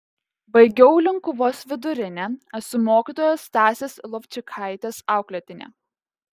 baigiau linkuvos vidurinę esu mokytojos stasės lovčikaitės auklėtinė